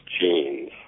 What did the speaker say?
genes